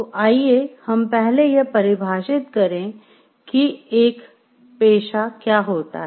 तो आइए हम पहले यह परिभाषित करें कि एक पेशा क्या होता है